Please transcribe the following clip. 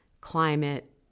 climate